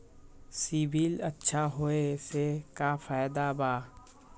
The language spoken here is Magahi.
सिबिल अच्छा होऐ से का फायदा बा?